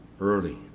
early